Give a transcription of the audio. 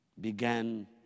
began